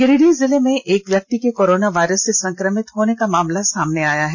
गिरिडीह जिले में एक व्यक्ति के कोरोना वायरस से संक्रमित होने का मामला सामने आया है